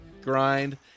grind